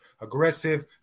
aggressive